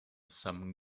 some